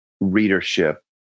readership